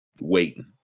waiting